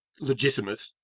legitimate